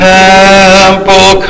temple